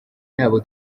yabo